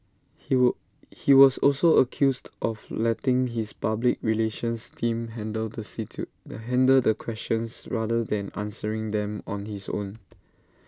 he were he was also accused of letting his public relations team handle the see to the handle the questions rather than answering them on his own